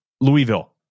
Louisville